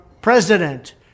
president